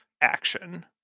action